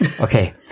okay